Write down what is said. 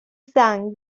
sang